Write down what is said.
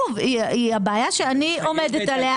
היא הבעיה שאני עומדת עליה,